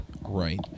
Right